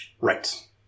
Right